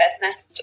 business